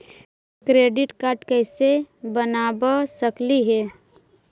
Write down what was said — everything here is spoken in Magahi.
क्रेडिट कार्ड कैसे बनबा सकली हे?